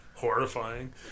horrifying